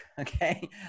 okay